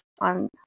on